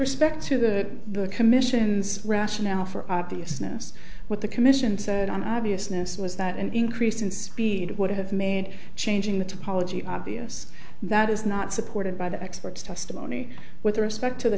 respect to the commission's rationale for obviousness what the commission said on obviousness was that an increase in speed would have made changing the typology obvious that is not supported by the experts testimony with respect to the